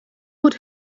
would